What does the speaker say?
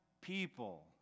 people